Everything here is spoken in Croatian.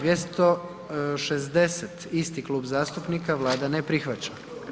260. isti klub zastupnika, Vlada ne prihvaća.